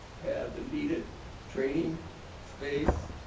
have the needed training space?